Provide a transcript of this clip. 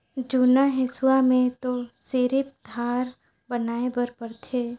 जुन्ना हेसुआ में तो सिरिफ धार बनाए बर परथे